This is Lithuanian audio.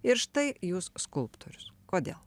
ir štai jūs skulptorius kodėl